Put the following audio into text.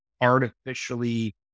artificially